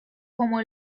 como